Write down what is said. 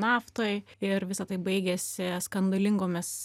naftoj ir visa tai baigėsi skandalingomis